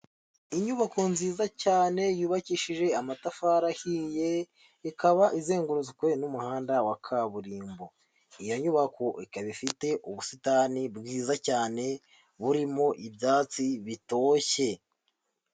Inyubako nziza cyane yubakishije amatafari ahiye, ikaba izengurutswe n'umuhanda wa kaburimbo. Iyo nyubako ikaba ifite ubusitani bwiza cyane burimo ibyatsi bitoshye.